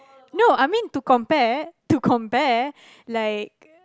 no I mean to compare to compare like